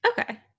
Okay